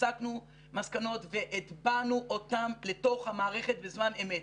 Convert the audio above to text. הסקנו מסקנות והטבענו אותם לתוך המערכת בזמן אמת.